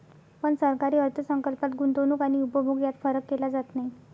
पण सरकारी अर्थ संकल्पात गुंतवणूक आणि उपभोग यात फरक केला जात नाही